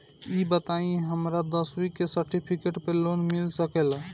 ई बताई हमरा दसवीं के सेर्टफिकेट पर लोन मिल सकेला?